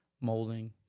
molding